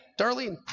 Darlene